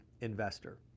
investor